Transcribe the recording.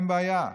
אין בעיה.